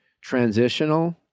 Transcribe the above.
transitional